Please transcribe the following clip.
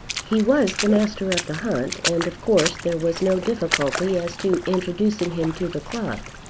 he was the master of the hunt, and of course there was no difficulty as to introducing him to the club.